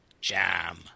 jam